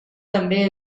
també